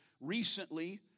recently